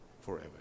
forever